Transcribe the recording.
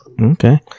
Okay